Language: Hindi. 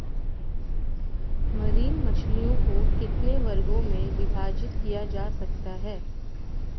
मरीन मछलियों को कितने वर्गों में विभाजित किया जा सकता है?